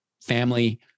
family